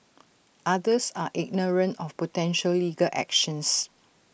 others are ignorant of potential legal actions